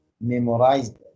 memorized